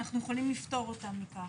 אנחנו יכולים לפטור אותם מכך,